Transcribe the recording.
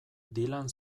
dylan